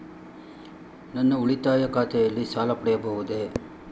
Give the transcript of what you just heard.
ನನ್ನ ಉಳಿತಾಯ ಖಾತೆಯಲ್ಲಿ ಸಾಲ ಪಡೆಯಬಹುದೇ?